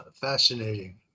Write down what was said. Fascinating